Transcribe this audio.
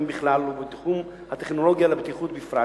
בכלל ובתחום הטכנולוגיה לבטיחות בפרט